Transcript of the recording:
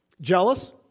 Jealous